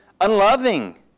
unloving